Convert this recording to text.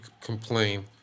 complain